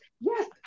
yes